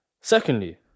Secondly